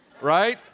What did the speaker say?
right